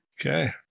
Okay